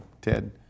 Ted